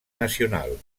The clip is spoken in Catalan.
nacional